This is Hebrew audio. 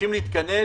וצריכים להתכנס